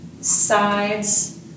sides